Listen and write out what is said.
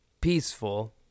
peaceful